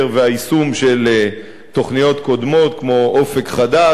והיישום של תוכניות קודמות כמו "אופק חדש",